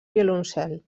violoncel